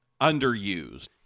underused